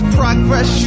progress